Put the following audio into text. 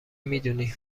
میدونی